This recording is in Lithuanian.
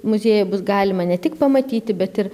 muziejuje bus galima ne tik pamatyti bet ir